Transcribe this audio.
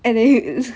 and then